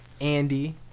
Andy